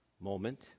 moment